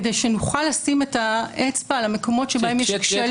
כדי שנוכל לשים את האצבע על המקומות שבהם יש כשלים.